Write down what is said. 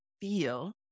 feel